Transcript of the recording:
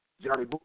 Johnny